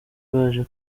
baje